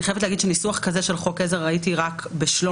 אני חייבת להגיד שניסוח כזה של חוק עזר ראיתי רק בשלומי,